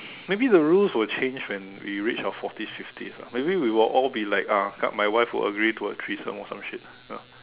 maybe the rules will change when we reach our forties fifties ah maybe we will all be like ah my wife will agree to a threesome or some shit know